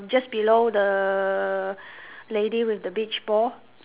just below the lady with the beach ball